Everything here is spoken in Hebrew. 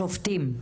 לשופטים.